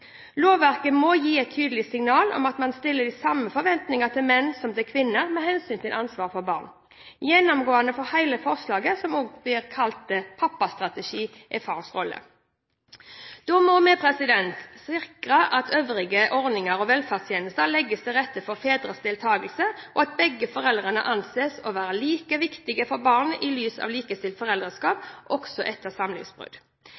Lovverket må gi et tydelig signal om at man stiller de samme forventninger til menn som til kvinner med hensyn til ansvaret for barn. Gjennomgående for hele forslaget om en såkalt pappastrategi er fars rolle. Da må vi sikre at øvrige ordninger og velferdstjenester legges til rette for fedres deltakelse, og at begge foreldre anses å være like viktige for barnet i lys av et likestilt